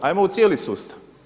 Hajmo u cijeli sustav.